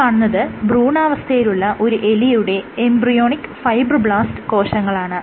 ഈ കാണുന്നത് ഭ്രൂണാവസ്ഥയിലുള്ള ഒരു എലിയുടെ എംബ്രിയോണിക് ഫൈബ്രോബ്ലാസ്റ് കോശങ്ങളാണ്